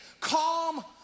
Calm